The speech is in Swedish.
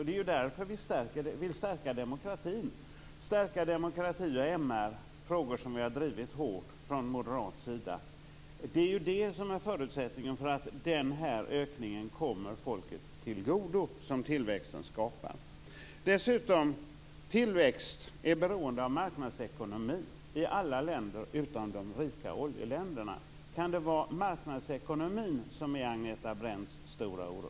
Det är ju därför vi vill stärka demokratin och MR-frågorna - det är frågor som vi har drivit hårt från moderat sida. Det är just detta som är förutsättningen för att den ökning som tillväxten skapar kommer folket till godo. Dessutom är tillväxt beroende av marknadsekonomi i alla länder utom i de rika oljeländerna. Kan det vara marknadsekonomin som är Agneta Brendts stora oro?